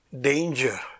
danger